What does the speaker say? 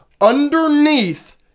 underneath